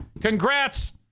Congrats